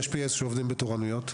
יש P.A שעובדים בתורנויות.